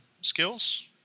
skills